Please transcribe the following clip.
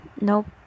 Nope